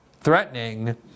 threatening